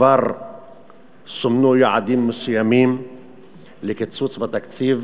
וכבר סומנו יעדים מסוימים לקיצוץ בתקציב,